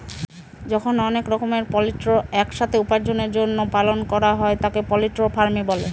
যখন অনেক রকমের পোল্ট্রি এক সাথে উপার্জনের জন্য পালন করা হয় তাকে পোল্ট্রি ফার্মিং বলে